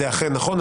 אם זה אכן נכון.